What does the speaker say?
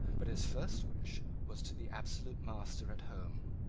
but his first wish was to be absolute master at home.